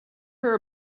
her